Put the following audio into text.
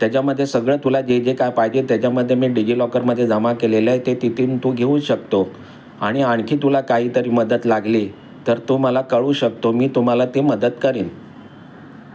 त्याच्यामध्ये सगळं तुला जे जे काय पाहिजे त्याच्यामध्ये मी डिजीलॉकरमध्ये जमा केलेलं आहे ते तिथून तू घेऊ शकतो आणि आणखी तुला काहीतरी मदत लागली तर तू मला कळू शकतो मी तुम्हाला ते मदत करीन